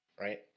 right